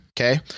Okay